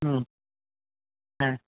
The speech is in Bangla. হুম হ্যাঁ